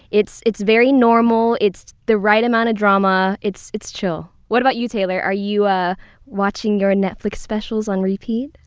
it's it's very normal. it's the right amount of drama. it's it's chill. what about you, taylor? are you ah watching your netflix specials on repeat?